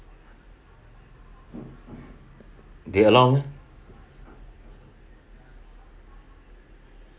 they allow meh